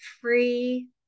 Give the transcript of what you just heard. free